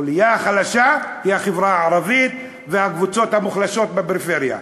החוליה החלשה היא החברה הערבית והקבוצות המוחלשות בפריפריה.